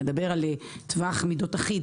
שמדבר על טווח מידות אחיד,